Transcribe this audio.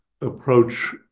approach